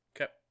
Okay